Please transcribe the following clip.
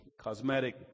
cosmetic